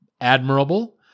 Admirable